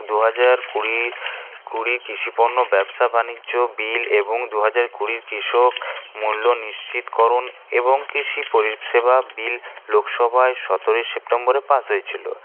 দু হাজার কুড়ি কুড়ি কৃষি পণ্য ব্যবসা বাণিজ্য বিল এবং দু হাজার কুড়ির কৃষক মূল্য নিশ্চিতকরণ এবং কৃষি পরিষেবা বিল লোকসভায় সতেরোই সেপ্টেম্বরে পাস হয়েছিল